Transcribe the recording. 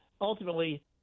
ultimately